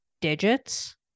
digits